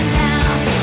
now